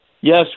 yes